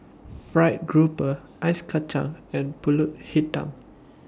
Fried Grouper Ice Kacang and Pulut Hitam